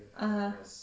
(uh huh)